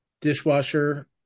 dishwasher